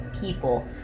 people